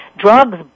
drugs